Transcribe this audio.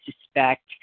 suspect